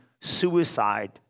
suicide